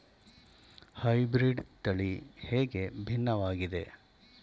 Hybrid ತಳಿ ಹೇಗೆ ಭಿನ್ನವಾಗಿದೆ?